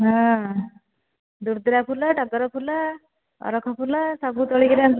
ହଁ ଦୁର୍ଦୁରା ଫୁଲ ଟଗର ଫୁଲ ଅରଖ ଫୁଲ ସବୁ ତୋଳିକରି ଆଣି